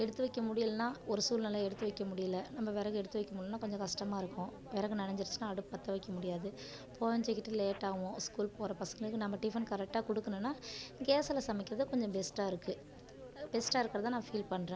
எடுத்து வைக்க முடியலைன்னா ஒரு சூழ்நில எடுத்து வைக்க முடியலை நம்ம விறகு எடுத்து வைக்க முடியலைன்னா கொஞ்சம் கஷ்டமாக இருக்கும் விறகு நனஞ்சிருச்சுன்னா அடுப்பு பற்ற வைக்க முடியாது புகஞ்சிக்கிட்டு லேட்டாவும் ஸ்கூல் போகிற பசங்களுக்கு நம்ம டிஃபன் கரெக்ட்டாக கொடுக்கலன்னா கேஸுல் சமைக்கிறது கொஞ்சம் பெஸ்ட்டாக இருக்குது பெஸ்ட்டாக இருக்கிறதா நான் ஃபீல் பண்ணுறேன்